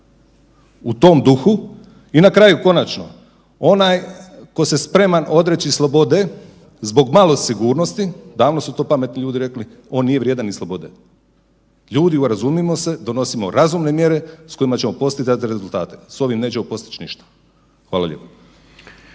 U tom duhu i na kraju konačno, onaj ko se spreman odreći slobode zbog malo sigurnosti, davno su to pametni ljudi rekli, on nije vrijedan ni slobode. Ljudi urazumimo se, donosimo razumne mjere s kojima ćemo postizati rezultate, s ovim nećemo postić ništa. Hvala lijepo.